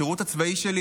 השירות הצבאי שלי,